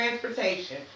transportation